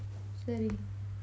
சேரி:seri